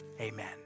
Amen